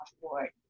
afford